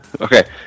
Okay